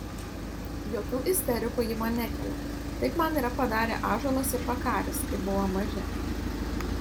jokių isterikų ji man nekelia taip man yra padarę ąžuolas ir vakaris kai buvo maži